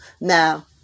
Now